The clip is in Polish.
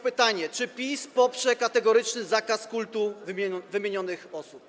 Pytanie: Czy PiS poprze kategoryczny zakaz kultu wymienionych osób?